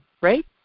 right